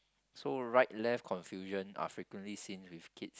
so right left confusion are frequently seem with kids